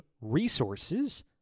resources